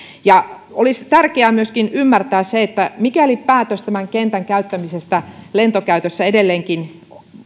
olisi tärkeää myöskin ymmärtää se että mikäli päätös tämän kentän käyttämisestä lentokäytössä edelleenkin